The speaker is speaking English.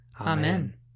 Amen